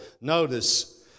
Notice